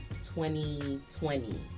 2020